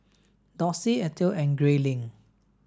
Dossie Ethel and Grayling